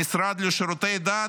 המשרד לשירותי דת,